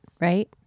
right